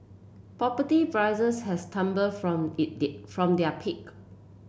property prices have tumbled from it did from their peak